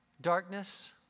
darkness